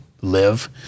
live